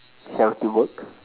charity work